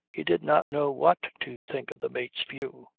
he did not know what to think of the mate's view.